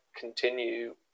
continue